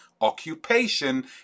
occupation